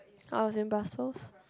I was in Brussels